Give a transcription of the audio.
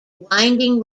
winding